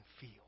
feel